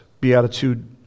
beatitude